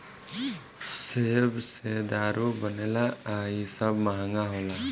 सेब से दारू बनेला आ इ सब महंगा होला